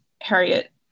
Harriet